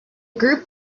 group